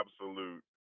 absolute